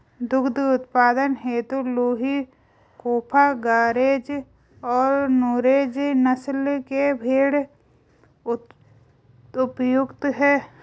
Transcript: दुग्ध उत्पादन हेतु लूही, कूका, गरेज और नुरेज नस्ल के भेंड़ उपयुक्त है